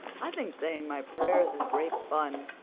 i think saying my prayers is great fun.